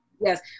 Yes